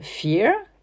Fear